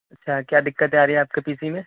اچھا کیا دقتیں آ رہی ہیں آپ کے پی سی میں